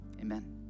amen